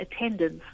attendance